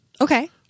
Okay